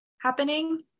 happening